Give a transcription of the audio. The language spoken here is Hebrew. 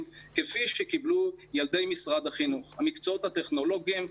כפי שקיבלו ילדי משרד החינוך המקצועות הטכנולוגיים,